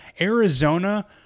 Arizona